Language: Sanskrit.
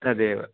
तदेव